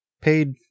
paid